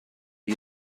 you